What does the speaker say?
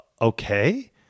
okay